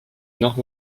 nord